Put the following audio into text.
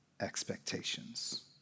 expectations